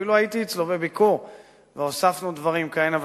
אפילו הייתי אצלו בביקור והוספנו דברים כהנה וכהנה.